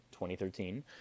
2013